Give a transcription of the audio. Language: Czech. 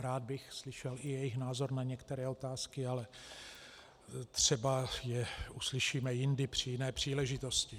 Rád bych slyšel i jejich názor na některé otázky, ale třeba je uslyšíme jindy při jiné příležitosti.